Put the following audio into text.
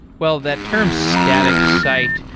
well, that term static site,